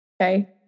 okay